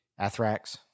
Athrax